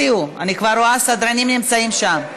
יוציאו, אני כבר רואה סדרנים נמצאים שם.